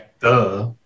Duh